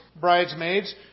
bridesmaids